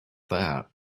that